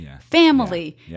family